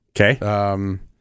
Okay